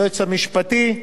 היועץ המשפטי,